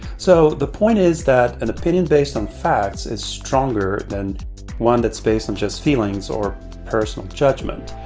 so, the point is that an opinion based on facts is stronger than one that's based on just feelings or personal judgment.